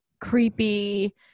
creepy